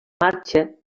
marxa